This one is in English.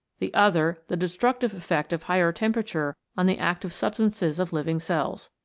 the other the destructive effect of higher temperature on the active substances of living cells.